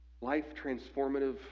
life-transformative